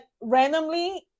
randomly